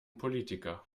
politiker